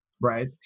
right